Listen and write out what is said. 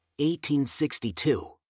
1862